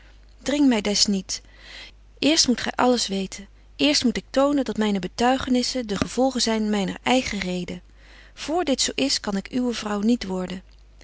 dring my des niet eerst moet gy alles weten eerst moet ik tonen dat myne betuigingen de gevolgen zyn myner eigen reden voor dit zo is kan ik uwe vrouw niet worden